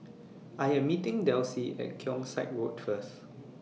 I Am meeting Delsie At Keong Saik Road First